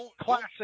Classic